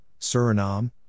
Suriname